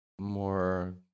more